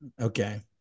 Okay